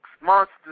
Monster's